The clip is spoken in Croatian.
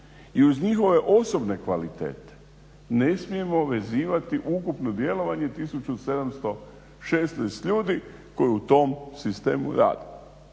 I uz njihove osobne kvalitete ne smijemo vezivati ukupno djelovanje 1716 ljudi koji u tom sistemu rade.